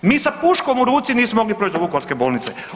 Mi sa puškom u ruci nismo mogli proći do Vukovarske bolnice.